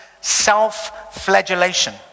self-flagellation